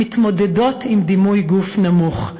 מתמודדות עם דימוי גוף נמוך.